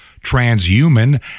transhuman